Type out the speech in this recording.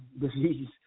disease